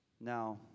Now